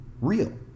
real